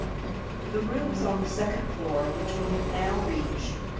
the rooms on the second floor, which we have now reached,